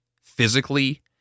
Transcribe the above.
physically